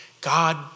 God